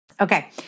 Okay